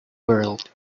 world